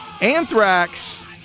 Anthrax